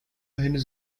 henüz